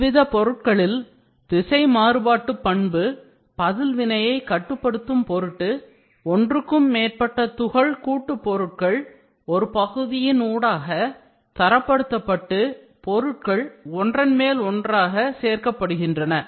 இவ்வித பொருட்களில் திசை மாறுபாட்டுப்பண்பு பதில்வினையை கட்டுப்படுத்தும் பொருட்டு ஒன்றுக்கு மேற்பட்ட துகள் கூட்டுப் பொருட்கள் ஒரு பகுதியினூடாக தரப்படுத்தப்பட்டு பொருட்கள் ஒன்றன் மேல் ஒன்றாக சேர்க்கப்படுகின்றன